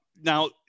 now